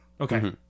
okay